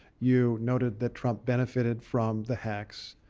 you noted that trump benefited from the hacks.